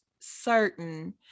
certain